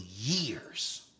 years